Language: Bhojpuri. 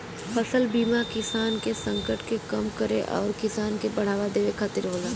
फसल बीमा किसान के संकट के कम करे आउर किसान के बढ़ावा देवे खातिर होला